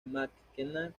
mackenna